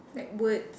like words